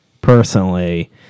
Personally